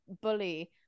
bully